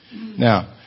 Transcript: Now